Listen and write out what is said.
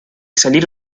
salir